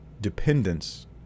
Dependence